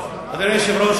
היושב-ראש,